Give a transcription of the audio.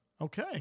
Okay